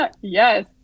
Yes